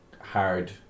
hard